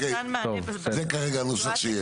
אוקי, זה כרגע הנוסח שיש.